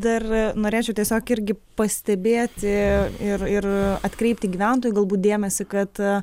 dar norėčiau tiesiog irgi pastebėti ir ir atkreipti gyventojų galbūt dėmesį kad